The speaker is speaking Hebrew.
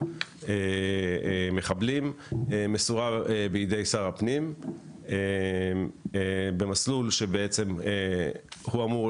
מחבלים מסורה בידי שר הפנים במסלול שאמור